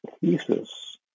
thesis